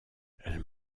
elle